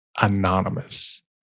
anonymous